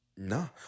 No